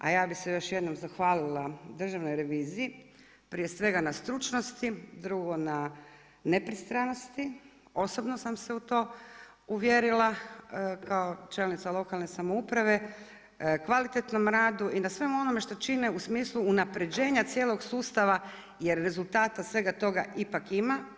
A ja bi se još jednom zahvalila Državnoj reviziji prije svega na stručnosti, drugo, na nepristranosti, osobno sam se u to uvjerila kao čelnica lokalne samouprave kvalitetnom radu i na svemu onome što čine u smislu unapređenja cijelog sustava jer rezultata svega toga ipak ima.